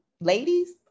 Ladies